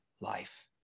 Life